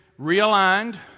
realigned